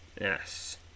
Yes